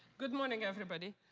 good morning everybody.